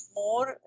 more